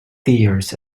tears